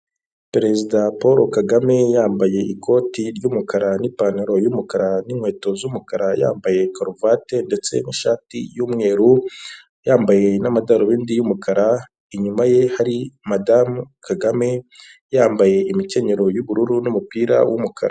Perezida Paul Kagame yambaye ikoti ry'umukara n'ipantaro y'umukara n'inkweto z'umukara yambaye karuvati ndetse ishati y'umweru yambaye n'amadarubindi y'umukara, inyuma ye hari madamu Kagame yambaye imikenyero y'ubururu n'umupira w'umukara.